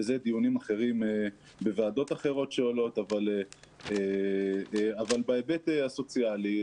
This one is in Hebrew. ואלה דיונים אחרים בוועדות אחרות שעולים אבל בהיבט הסוציאלי,